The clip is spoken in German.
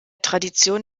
tradition